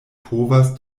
povas